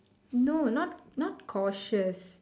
no not not cautious